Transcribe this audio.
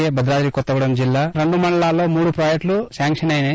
ఎ భద్రాద్రి కొత్తగూడెం జిల్లా రెండు మండలాల్లో మూడు ప్రాజెక్టులు శాంక్షన్ అయ్యాయి